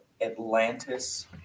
Atlantis